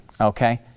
okay